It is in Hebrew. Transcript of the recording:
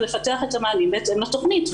ולפתח את המענים בהתאם לתכנית.